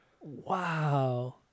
Wow